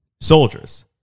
soldiers